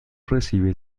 recibe